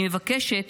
אני מבקשת